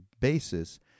basis